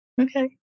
Okay